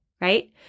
right